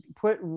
put